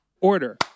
Order